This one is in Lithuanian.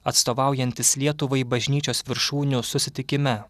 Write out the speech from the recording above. atstovaujantis lietuvai bažnyčios viršūnių susitikime